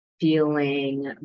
feeling